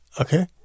okay